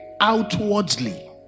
outwardly